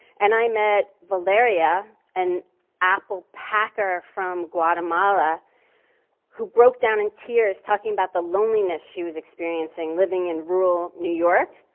and i met valeria an apple packer from guatemala who broke down in tears talking about the loneliness she was experiencing living in rural new york.